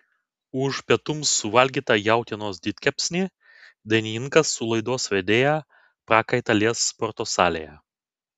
už pietums suvalgytą jautienos didkepsnį dainininkas su laidos vedėja prakaitą lies sporto salėje